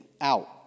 out